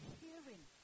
hearing